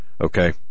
Okay